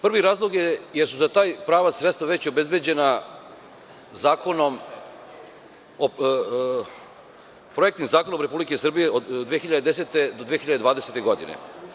Prvi razlog je jer su za taj pravac sredstva već obezbeđena Projektnim zakonom Republike Srbije od 2010. do 2020. godine.